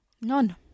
None